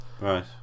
right